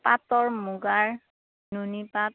পাটৰ মুগাৰ নুনী পাট